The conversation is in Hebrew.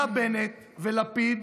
אתה, בנט, ולפיד,